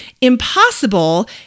impossible